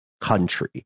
country